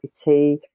tea